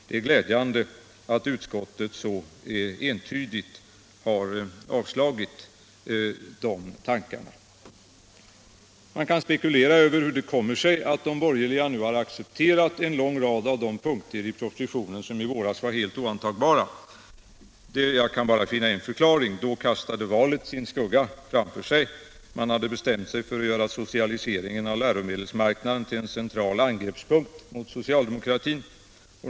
Det är glädjande att utskottet så entydigt har avstyrkt tankarna i motionen. Man kan spekulera över hur det kommer sig att de borgerliga nu har accepterat en lång rad av de punkter i propositionen som i våras var helt oantagbara. Jag kan bara finna en förklaring. Då kastade valet sin skugga framför sig. Man hade bestämt sig för att göra socialiseringen av läromedelsmarknaden till en central angreppspunkt mot socialdemokratin.